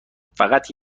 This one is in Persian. فقط